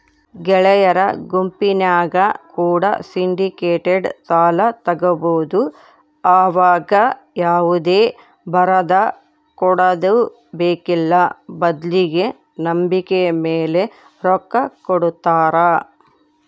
ಗೆಳೆಯರ ಗುಂಪಿನ್ಯಾಗ ಕೂಡ ಸಿಂಡಿಕೇಟೆಡ್ ಸಾಲ ತಗಬೊದು ಆವಗ ಯಾವುದೇ ಬರದಕೊಡದು ಬೇಕ್ಕಿಲ್ಲ ಬದ್ಲಿಗೆ ನಂಬಿಕೆಮೇಲೆ ರೊಕ್ಕ ಕೊಡುತ್ತಾರ